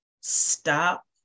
Stop